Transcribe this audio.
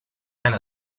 and